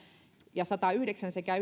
ja satayhdeksän sekä